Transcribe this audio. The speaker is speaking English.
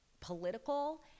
political